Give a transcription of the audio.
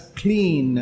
clean